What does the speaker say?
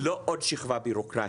לא עוד שכבה בירוקרטית.